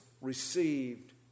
received